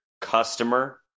customer